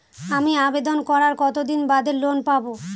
আমি আবেদন করার কতদিন বাদে লোন পাব?